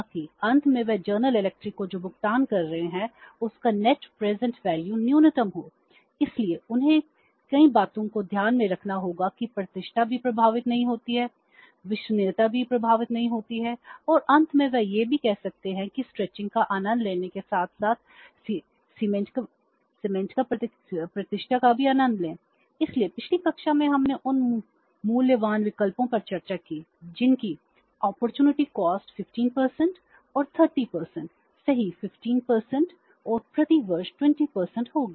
ताकि अंत में वे जनरल इलेक्ट्रिक 15 और 30 सही 15 और प्रतिवर्ष 20 होगी